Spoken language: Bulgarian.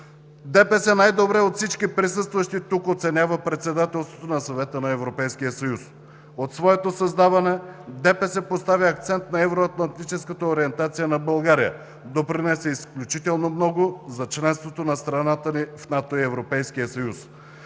ДПС най-добре от всички присъстващи тук оценява Председателството на Съвета на Европейския съюз. От своето създаване ДПС поставя акцент на евроатлантическата ориентация на България, допринесе изключително много за членството на страната ни в НАТО и Европейския съюз.